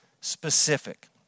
specific